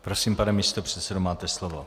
Prosím, pane místopředsedo, máte slovo.